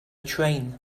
train